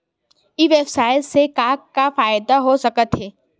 ई व्यवसाय से का का फ़ायदा हो सकत हे?